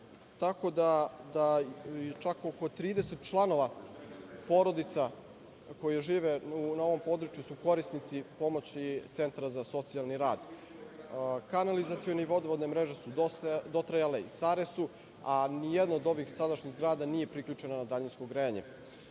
Tako da, čak oko 30 članova porodica koje žive na ovom području su korisnici pomoći Centra za socijalni rad. Kanalizaciona i vodovodna mreža su dosta dotrajale i stare su, a ni jedna od ovih sadašnjih zgrada nije priključena na daljinsko grejanje. Nadam